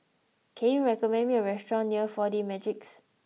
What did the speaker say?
can you recommend me a restaurant near four D Magix